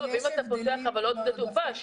ואם אתה פותח עוד שדה תעופה,